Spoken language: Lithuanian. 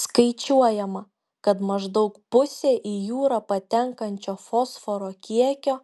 skaičiuojama kad maždaug pusė į jūrą patenkančio fosforo kiekio